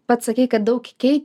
pats sakei kad daug kai